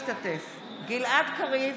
אינו משתתף בהצבעה גלעד קריב,